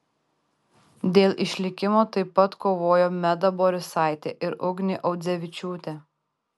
dėl išlikimo taip pat kovojo meda borisaitė ir ugnė audzevičiūtė